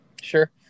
Sure